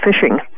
fishing